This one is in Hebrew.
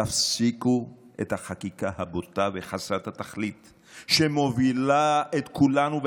תפסיקו את החקיקה הבוטה וחסרת התכלית שמובילה את כולנו,